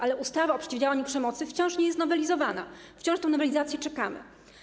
Ale ustawa o przeciwdziałaniu przemocy wciąż nie jest nowelizowana, wciąż na tę nowelizację czekamy.